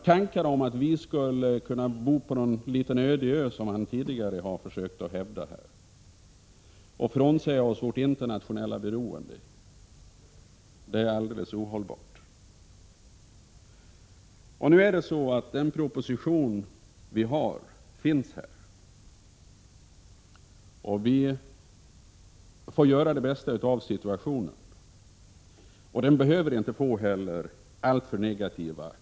Tanken att vi skulle kunna bo på en liten öde ö — det har ju Lars-Ove Hagberg tidigare försökt hävda här i kammaren — och frånsäga oss vårt internationella beroende är alldeles ohållbar. Nu är det så att propositionen finns, och vi får göra det bästa möjliga av situationen. Konsekvenserna behöver inte bli alltför negativa.